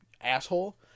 asshole